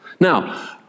Now